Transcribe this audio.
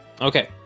okay